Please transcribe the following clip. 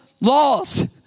laws